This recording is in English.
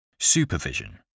Supervision